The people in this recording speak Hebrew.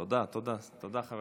תודה, תודה.